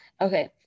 okay